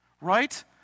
right